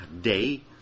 day